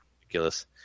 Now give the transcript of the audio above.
ridiculous